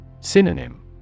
Synonym